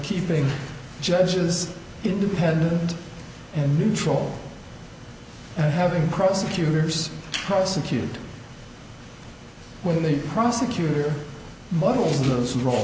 keeping judges independent and neutral and having prosecutors prosecuted when the prosecutor models